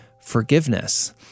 forgiveness